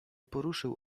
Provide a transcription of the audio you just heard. poruszył